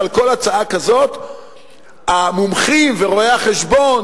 שעל כל הצעה כזאת המומחים ורואי-החשבון